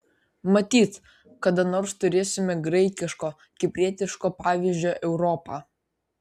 matyt kada nors turėsime graikiško kiprietiško pavyzdžio europą